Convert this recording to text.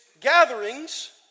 gatherings